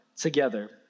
together